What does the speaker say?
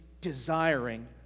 desiring